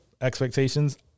expectations